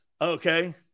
Okay